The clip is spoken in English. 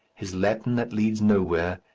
his latin that leads nowhere,